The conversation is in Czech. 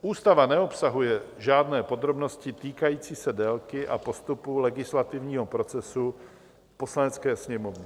Ústava neobsahuje žádné podrobnosti týkající se délky a postupu legislativního procesu v Poslanecké sněmovně.